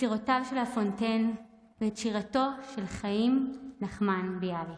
יצירותיו של לה פונטיין ואת שירתו של חיים נחמן ביאליק.